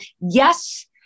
yes